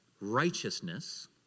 righteousness